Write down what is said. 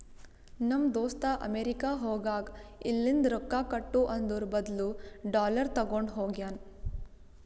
ನಮ್ ದೋಸ್ತ ಅಮೆರಿಕಾ ಹೋಗಾಗ್ ಇಲ್ಲಿಂದ್ ರೊಕ್ಕಾ ಕೊಟ್ಟು ಅದುರ್ ಬದ್ಲು ಡಾಲರ್ ತಗೊಂಡ್ ಹೋಗ್ಯಾನ್